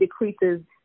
decreases